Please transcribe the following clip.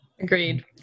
agreed